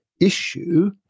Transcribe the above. issue